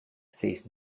seis